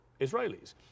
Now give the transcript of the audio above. Israelis